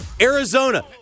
Arizona